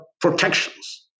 protections